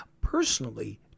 personally